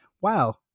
wow